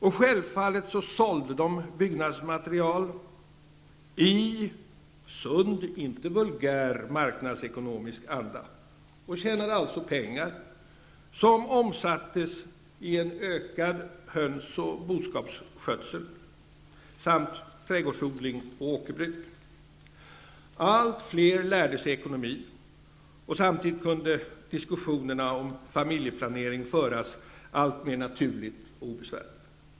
Och självfallet sålde de byggnadsmaterial i sund -- inte vulgär -- marknadsekonomisk anda och tjänade alltså pengar, som omsattes i ökad hönsoch boskapsskötsel samt trädgårdsodling och åkerbruk. Allt fler lärde sig ekonomi, och samtidigt kunde diskussionerna om familjeplanering föras alltmer naturligt och obesvärat.